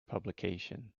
publication